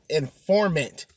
informant